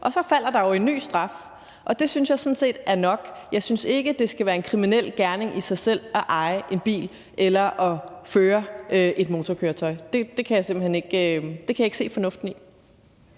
og så falder der en ny straf, og det synes jeg sådan set er nok. Jeg synes ikke, det skal være en kriminel gerning i sig selv at eje en bil eller at føre et motorkøretøj. Det kan jeg simpelt hen ikke se fornuften i.